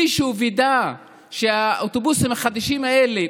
מישהו וידא שהאוטובוסים החדשים האלה,